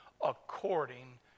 according